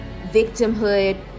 victimhood